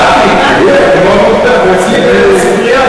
חברת הכנסת זנדברג המחיזה הצגה וגם יצא ספרון